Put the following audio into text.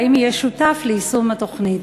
והאם הוא יהיה שותף ליישום התוכנית?